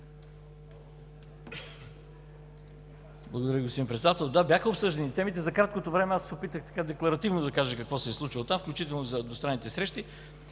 Благодаря Ви, господин Председател. Да, бяха обсъждани темите. За краткото време аз се опитах декларативно да кажа какво се е случило там, включително и за двустранните срещи.